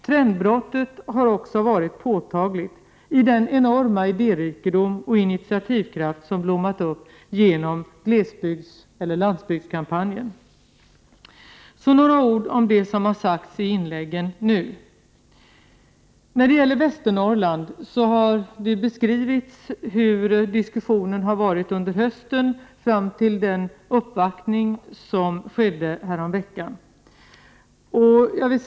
Trendbrottet har också varit påtagligt i den enorma idérikedom och initiativkraft som blommat upp genom landsbygdskampanjen. Så några ord om det som har sagts i de senaste inläggen. När det gäller Västernorrland har det beskrivits hur diskussionen har förts under hösten fram till den uppvaktning som skedde häromveckan. Jag vill .